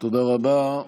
תודה רבה.